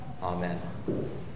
amen